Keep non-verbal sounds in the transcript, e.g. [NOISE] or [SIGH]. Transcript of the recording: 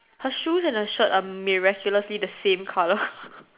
her shoes and her shirt are miraculously the same colour [BREATH]